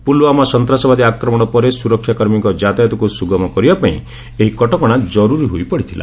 ପୁଲୱାମା ସନ୍ତ୍ରାସବାଦୀ ଆକ୍ରମଣ ପରେ ସୁରକ୍ଷାକର୍ମୀଙ୍କ ଯାତାୟତକୁ ସୁଗମ କରିବା ପାଇଁ ଏହି କଟକଣା ଜର୍ରରୀ ହୋଇପଡ଼ିଥିଲା